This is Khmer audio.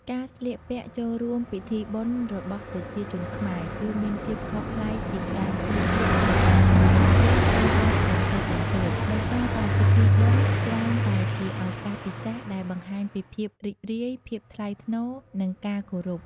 ការស្លៀកពាក់ចូលរួមពិធីបុណ្យរបស់ប្រជាជនខ្មែរ គឺមានភាពខុសប្លែកពីការស្លៀកពាក់ប្រចាំថ្ងៃ ឬទៅវត្តបន្តិចបន្តួច ដោយសារតែពិធីបុណ្យច្រើនតែជាឱកាសពិសេសដែលបង្ហាញពីភាពរីករាយ ភាពថ្លៃថ្នូរ និងការគោរព។